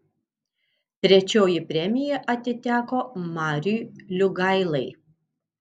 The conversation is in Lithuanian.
trečioji premija atiteko mariui liugailai